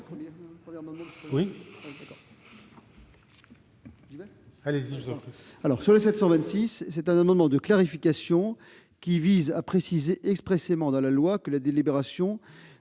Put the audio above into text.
Il s'agit d'un amendement de clarification qui vise à préciser expressément dans la loi que la délibération